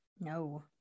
No